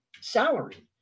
salary